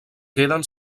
queden